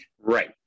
Right